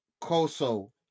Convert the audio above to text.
coso